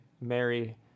Mary